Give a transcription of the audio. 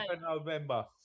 November